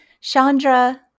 Chandra